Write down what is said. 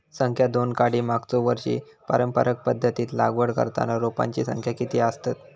संख्या दोन काडी मागचो वर्षी पारंपरिक पध्दतीत लागवड करताना रोपांची संख्या किती आसतत?